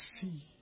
see